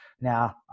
Now